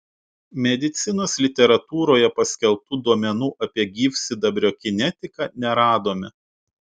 medicinos literatūroje paskelbtų duomenų apie gyvsidabrio kinetiką neradome